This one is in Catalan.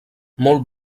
molt